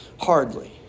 Hardly